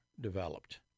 developed